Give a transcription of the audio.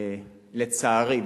לצערי,